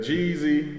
Jeezy